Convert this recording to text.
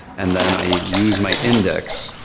and then, i use my index